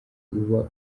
uba